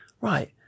right